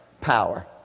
power